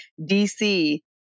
DC